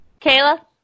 Kayla